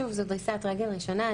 שוב, זו דריסת רגל ראשונה.